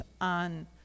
on